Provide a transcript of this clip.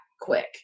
quick